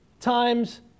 times